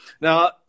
Now